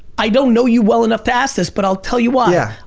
i don't know you well enough ask this but i'll tell you why. yeah.